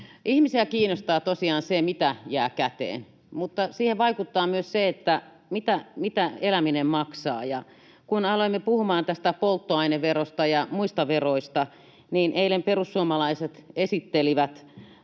Ihmisiä kiinnostaa tosiaan se, mitä jää käteen, mutta siihen vaikuttaa myös se, mitä eläminen maksaa. Kun aloimme puhumaan tästä polttoaineverosta ja muista veroista, niin eilen perussuomalaiset esittivät